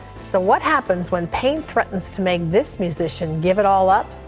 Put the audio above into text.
so what happens when pain threatens to make this musician give it all up?